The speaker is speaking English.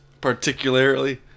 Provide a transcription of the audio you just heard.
particularly